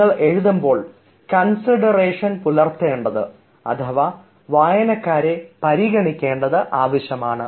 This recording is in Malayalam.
നിങ്ങൾ എഴുതുമ്പോൾ കൺസിഡറേഷൻ പുലർത്തേണ്ടത് അഥവാ വായനക്കാരെ പരിഗണിക്കേണ്ടത് ആവശ്യമാണ്